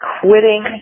quitting